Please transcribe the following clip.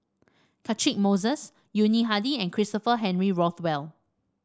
Catchick Moses Yuni Hadi and Christopher Henry Rothwell